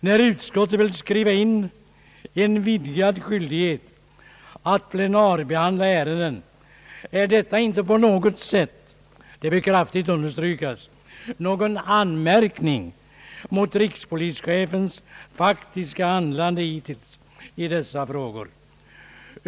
När utskottet vill skriva in en vidgad skyldighet att plenarbehandla ärenden är detta inte på något sätt — det bör kraftigt understrykas — någon anmärkning mot rikspolischefens faktiska handlande i dessa frågor.